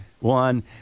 One